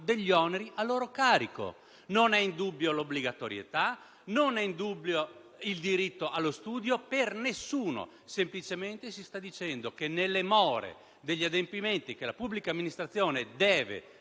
degli oneri a loro carico. Non è in dubbio l'obbligatorietà, non è in dubbio il diritto allo studio per nessuno; semplicemente si sta dicendo che, nelle more degli adempimenti che la pubblica amministrazione deve